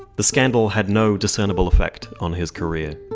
the scandal had no discernible effect on his career!